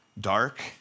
Dark